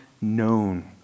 known